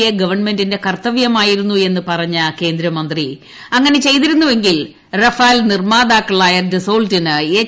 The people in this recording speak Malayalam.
എ ഗവൺമെന്റിന്റെ കർത്തവൃമായിരുന്നു എന്നു പറഞ്ഞ കേന്ദ്രമന്ത്രി അങ്ങനെ ചെയ്തിരുന്നുവെങ്കിൽ റഫാൽ നിർമ്മാതക്കളായ ഡെസോൾട്ടിന് എച്ച്